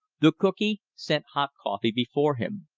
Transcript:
the cookee set hot coffee before him.